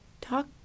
Talk